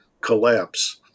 collapse